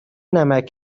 نمکـ